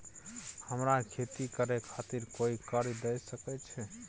हमरा खेती करे खातिर कोय कर्जा द सकय छै?